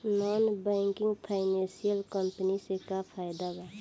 Non banking financial company से का फायदा बा?